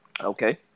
Okay